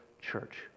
church